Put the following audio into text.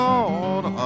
Lord